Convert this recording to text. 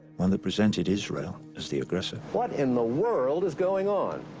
one that presented israel as the aggressor. what in the world is going on?